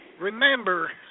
remember